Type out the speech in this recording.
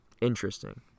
interesting